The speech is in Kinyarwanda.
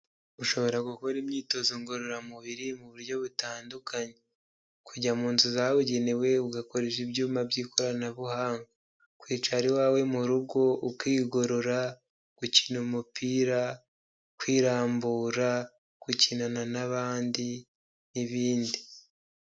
Ushobora gukora imyitozo ngororamubiri mu buryo butandukanye, kujya mu nzu zabugenewe ugakoresha ibyuma by'ikoranabuhanga, kwicara iwawe mu rugo ukigorora, gukina umupira, kwirambura, gukinana n'abandi n'ibindi.